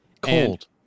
Cold